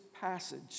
passage